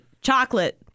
chocolate